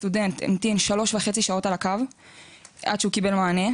סטודנט המתין שלוש וחצי שעות על הקו עד שהוא קיבל מענה.